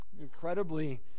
incredibly